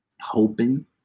hoping